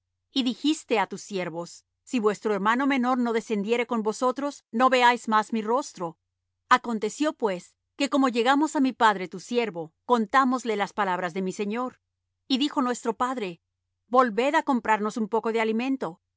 y dijiste á tus siervos si vuestro hermano menor no descendiere con vosotros no veáis más mi rostro aconteció pues que como llegamos á mi padre tu siervo contámosle las palabras de mi señor y dijo nuestro padre volved á comprarnos un poco de alimento y